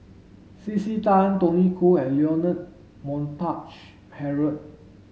C C Tan Tony Khoo and Leonard Montague Harrod